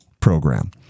Program